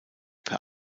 per